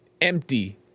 empty